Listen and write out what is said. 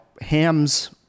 hams